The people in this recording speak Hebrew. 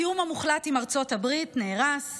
התיאום המוחלט עם ארצות הברית נהרס,